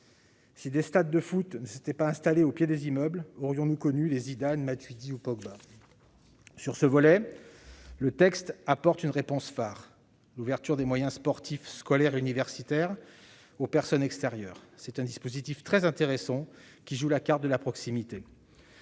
Si des stades de foot ne s'étaient pas installés au pied des immeubles, aurions-nous connu les Zidane, Matuidi et Pogba ? Sur ce volet, le texte apporte une réponse phare : l'ouverture des moyens sportifs scolaires et universitaires aux personnes extérieures. C'est un dispositif très intéressant qui joue la carte de la proximité.